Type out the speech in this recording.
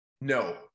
No